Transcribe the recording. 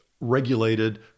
regulated